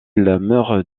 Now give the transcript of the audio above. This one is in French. meurt